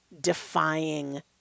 defying